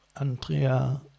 Andrea